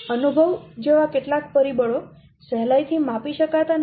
અનુભવ જેવા કેટલાક પરિબળો સહેલાઇ થી માપી શકાતા નથી